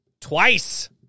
twice